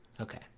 Okay